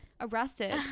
arrested